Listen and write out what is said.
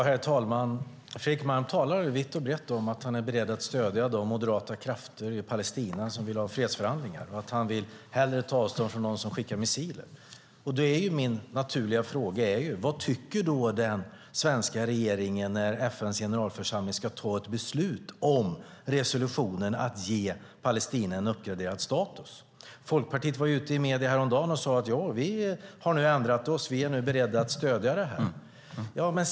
Herr talman! Fredrik Malm talar vitt och brett om att han är beredd att stödja de moderata krafter i Palestina som vill ha fredsförhandlingar. Han vill hellre ta avstånd från dem som skickar missiler. Vad tycker den svenska regeringen när FN:s generalförsamling ska fatta beslut om resolutionen att ge Palestina en uppgraderad status? Folkpartiet var ute i medierna häromdagen och sade att man hade ändrat sig och var beredd att stödja detta.